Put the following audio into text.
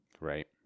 right